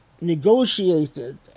negotiated